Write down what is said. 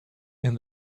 and